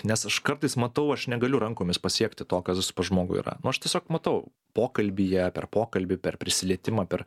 nes aš kartais matau aš negaliu rankomis pasiekti to kas pas žmogų yra nu aš tiesiog matau pokalbyje per pokalbį per prisilietimą per